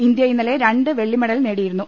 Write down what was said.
India ഇന്നലെ രണ്ട് വെള്ളിമെഡൽ നേടിയിരുന്നു